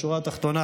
בשורה התחתונה,